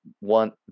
want